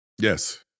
yes